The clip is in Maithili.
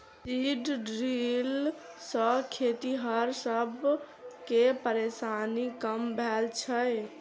सीड ड्रील सॅ खेतिहर सब के परेशानी कम भेल छै